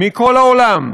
מכל העולם,